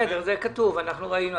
זה כתוב ואנחנו ראינו.